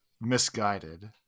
misguided